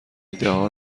ایدهها